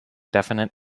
definite